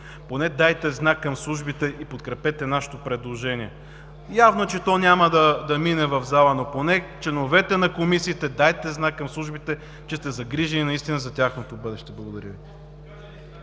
поне дайте знак към службите и подкрепете нашето предложение. Явно е, че то няма да мине в залата, но поне членовете на комисиите, дайте знак към службите, че сте загрижени наистина за тяхното бъдеще. Благодаря Ви.